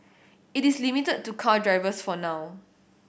it is limited to car drivers for now